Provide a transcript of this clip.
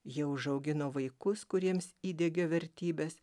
jie užaugino vaikus kuriems įdiegė vertybes